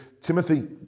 Timothy